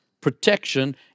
protection